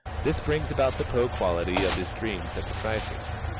this brings about the poe quality of his dreams at the crisis.